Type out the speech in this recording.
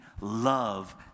love